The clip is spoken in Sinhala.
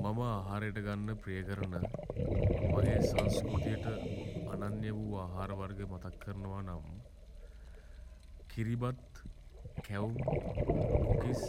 මම ආහාරයට ගන්න ප්‍රිය කරන මගේ සංස්කෘතියට අනන්‍ය වූ ආහාර වර්ග මතක් කරනවා නම් කිරිබත් කැවුම් කොකිස්